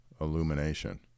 illumination